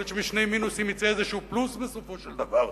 יכול להיות שמשני מינוסים יצא איזה פלוס בסופו של דבר.